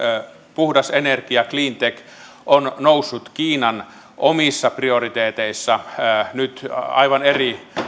puhdas energia cleantech on noussut kiinan omissa prioriteeteissa nyt aivan eri